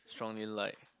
strongly like